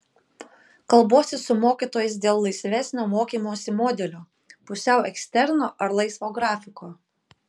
kalbuosi su mokytojais dėl laisvesnio mokymosi modelio pusiau eksterno ar laisvo grafiko